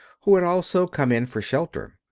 who had also come in for shelter.